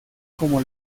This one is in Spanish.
como